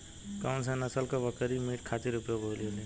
कौन से नसल क बकरी मीट खातिर उपयोग होली?